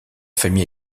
famille